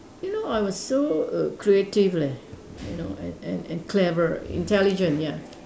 you know I was so err creative leh you know and and and clever intelligent ya